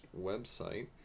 website